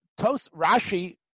Rashi